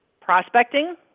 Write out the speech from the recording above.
prospecting